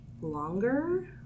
longer